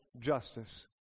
justice